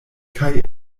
kaj